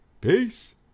peace